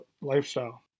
lifestyle